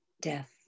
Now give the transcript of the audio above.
death